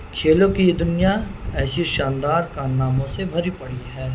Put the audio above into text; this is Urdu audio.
کھیلوں کی دنیا ایسی شاندار کارناموں سے بھری پڑی ہے